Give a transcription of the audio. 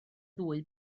ddwy